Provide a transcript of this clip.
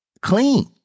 Clean